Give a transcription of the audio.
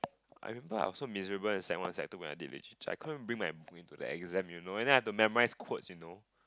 I remember I was so miserable in sec one sec two when I did literature I couldn't bring my book into the exam you know and then I have to memorize quotes you know